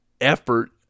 effort